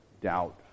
doubt